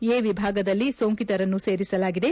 A ವಿಭಾಗದಲ್ಲಿ ಸೋಂಕಿತರನ್ನು ಸೇರಿಸಲಾಗಿದೆ